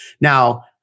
Now